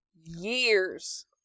years